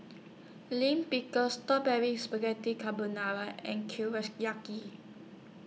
Lime Pickle Spaghetti Carbonara and